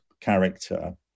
character